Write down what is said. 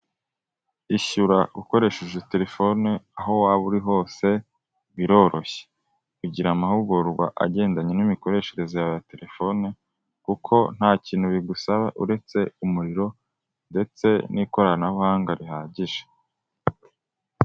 Ishyura ukoresheje terefone, aho waba uri hose biroroshye. Ugira amahugurwa agendanye n'imikoreshereze yawe ya terefone, kuko nta kintu bigusaba uretse umuriro, ndetse n'ikoranabuhanga rihagije.